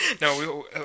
No